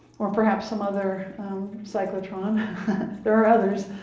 or perhaps some other cyclotron there are others.